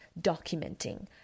documenting